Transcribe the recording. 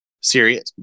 serious